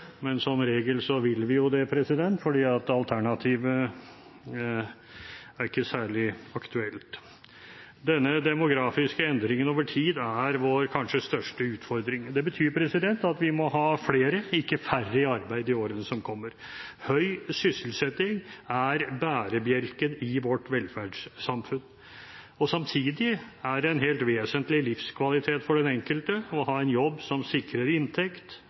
men som regel vil vi jo det, for alternativet er ikke særlig aktuelt. Denne demografiske endringen over tid er vår kanskje største utfordring. Det betyr at vi må ha flere, ikke færre, i arbeid i årene som kommer. Høy sysselsetting er bærebjelken i vårt velferdssamfunn. Samtidig er det en helt vesentlig livskvalitet for den enkelte å ha en jobb som sikrer inntekt,